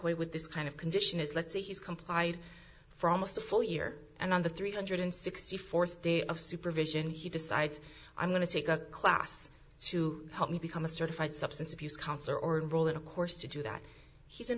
away with this kind of condition is let's say he's complied for almost a full year and on the three hundred sixty fourth day of supervision he decides i'm going to take a class to help me become a certified substance abuse counselor or enroll in a course to do that he's in